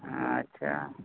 ᱟᱪᱪᱷᱟ